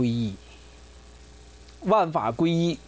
we we